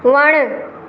वणु